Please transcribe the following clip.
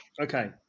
okay